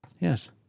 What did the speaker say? Yes